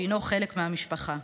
שהוא חלק מהמשפחה.